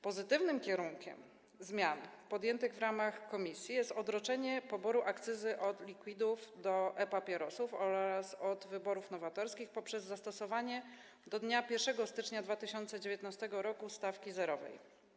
Pozytywnym kierunkiem zmian podjętych w ramach komisji jest odroczenie poboru akcyzy od liquidów do e-papierosów oraz od wyborów nowatorskich poprzez zastosowanie do dnia 1 stycznia 2019 r. stawki zerowej.